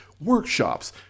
workshops